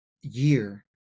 year